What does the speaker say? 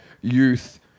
youth